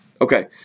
Okay